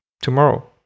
tomorrow